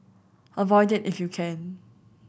avoid it if you can